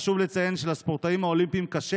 חשוב לציין שלספורטאים הפראלימפיים קשה